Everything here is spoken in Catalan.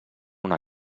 una